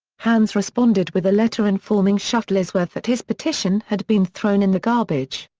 hanes responded with a letter informing shuttlesworth that his petition had been thrown in the garbage.